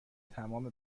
تمام